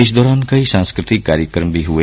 इस दौरान कई सांस्कृतिक कार्यक्रम भी हए